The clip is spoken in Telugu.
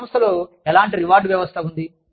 మీ సంస్థలో ఎలాంటి రివార్డ్ వ్యవస్థ ఉంది